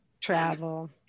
travel